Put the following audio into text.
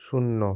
শূন্য